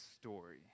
story